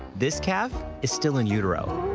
this calf is still in utero.